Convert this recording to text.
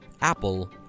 Apple